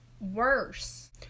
worse